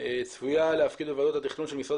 צפויה להפקיד בוועדות התכנון של משרד